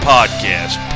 Podcast